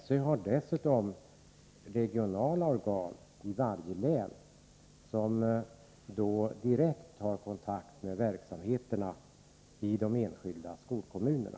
SÖ har dessutom i varje län regionala organ, som direkt tar kontakt med verksamheterna i de enskilda skolkommunerna.